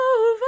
over